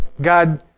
God